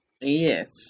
Yes